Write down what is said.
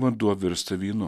vanduo virsta vynu